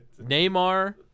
Neymar